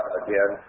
again